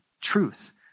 truth